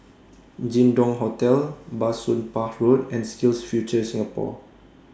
Jin Dong Hotel Bah Soon Pah Road and SkillsFuture Singapore